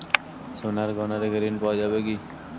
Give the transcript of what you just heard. সোনার গহনা রেখে ঋণ পাওয়া যাবে কি?